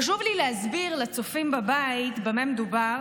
חשוב לי להסביר לצופים בבית במה מדובר,